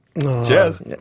Cheers